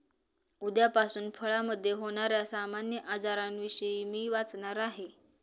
उद्यापासून फळामधे होण्याऱ्या सामान्य आजारांविषयी मी वाचणार आहे